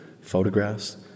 photographs